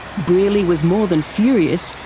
brearley was more than furious,